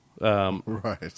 right